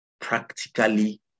practically